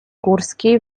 górski